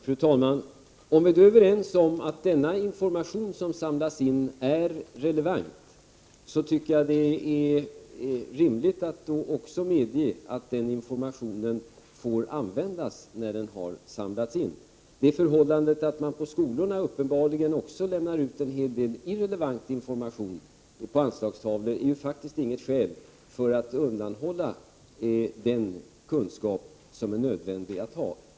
Fru talman! Om vi är överens om att den information som samlas in är relevant, tycker jag det är rimligt att också medge att den informationen får användas när den har samlats in. Det förhållandet att man på skolorna uppenbarligen också lämnar ut en hel del irrelevant information på anslagstavlor är faktiskt inte något skäl för att undanhålla den kunskap som är nödvändig att ha.